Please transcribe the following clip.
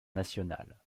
nationale